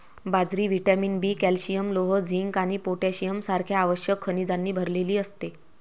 बाजरी vitamin B, calcium, लोह, zinc आणि पोटॅशियम सारख्या आवश्यक खनिजांनी भरलेली असते